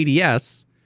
ADS